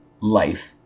life